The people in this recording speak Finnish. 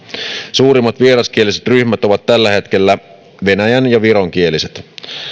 suurimmat vieraskieliset ryhmät ovat tällä hetkellä venäjän ja vironkieliset